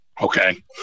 Okay